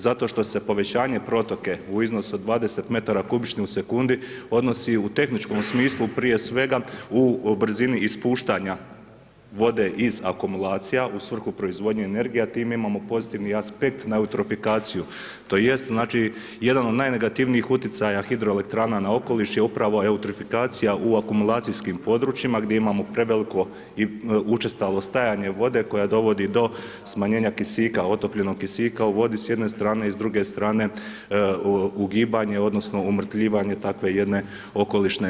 Zato što se povećanje protoke u iznosu od 20 metara kubičnih u sekundi odnosi u tehničkom smislu prije svega u brzini ispuštanja vode iz akumulacija u svrhu proizvodnje energije, a time imamo pozitivni aspekt na … tj. znači jedan od najnegativnijih utjecaja hidroelektrana na okoliš je upravo eutrifikacija u akumulacijskim područjima gdje imamo preveliko i učestalo stajanje vode koja dovodi do smanjenja kisika otopljenog kisika u vodi s jedne strane i s druge strane ugibanje, odnosno umrtvljivanje takve jedne okolišne.